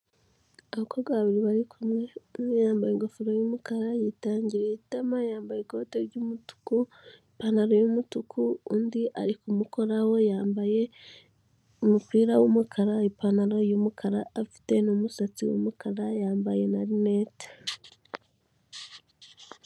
Abakobwa babiri bari kumwe, umwe yambaye ingofero y'umukara, yitangiriye itama, yambaye ikote ry'umutuku, ipantaro y'umutuku, undi ari kumukoraho we yambaye umupira w'umukara, ipantaro y'umukara, afite n'umusatsi w'umukara, yambaye na rinete.